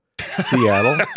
seattle